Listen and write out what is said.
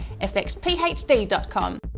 fxphd.com